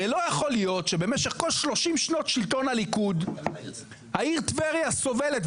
הרי לא יכול להיות שבמשך כל 30 שנות שלטון הליכוד העיר טבריה סובלת,